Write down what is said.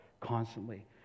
constantly